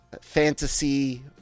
Fantasy